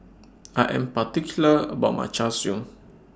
I Am particular about My Char Siu